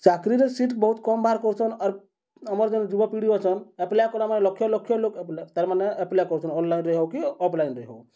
ଚାକ୍ରୀରେ seat ବହୁତ୍ କମ୍ ବାହାର୍କରୁଚନ୍ ଆର୍ ଆମର୍ ଯେନ୍ ଯୁବପିଢ଼ି ଅଛନ୍ ଏପ୍ଲାଇ ଆମର୍ ଲକ୍ଷ ଲକ୍ଷ ଲୋକ୍ ତାର୍ମାନେ ଆପ୍ଲାଏ କରୁଚନ୍ ଅନ୍ଲାଇନ୍ରେ ହଉ କି ଅଫ୍ଲାଇନ୍ରେ ହଉ